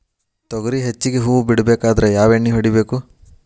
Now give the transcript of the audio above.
ತೊಗರಿ ಹೆಚ್ಚಿಗಿ ಹೂವ ಬಿಡಬೇಕಾದ್ರ ಯಾವ ಎಣ್ಣಿ ಹೊಡಿಬೇಕು?